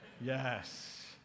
yes